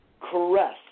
caress